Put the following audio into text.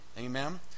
Amen